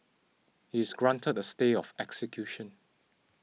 he is granted a stay of execution